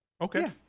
Okay